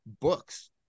books